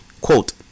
quote